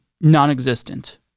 non-existent